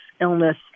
illness